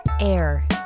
Air